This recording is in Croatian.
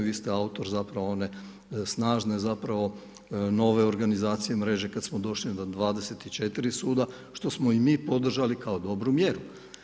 Vi ste autor zapravo one, snažne zapravo, nove organizacije mreže kada smo došli do 24 suda što smo i mi podržali kao dobru mjeru.